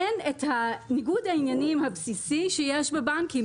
אין את ניגוד העניינים הבסיסי שיש בבנקים,